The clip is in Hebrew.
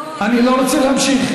אני לא רוצה להמשיך.